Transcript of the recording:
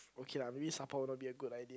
okay lah maybe Sapa will not be a good idea